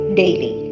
daily